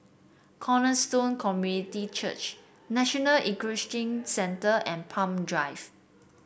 Cornerstone Community Church National Equestrian Centre and Palm Drive